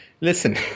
Listen